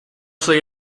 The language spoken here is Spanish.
soy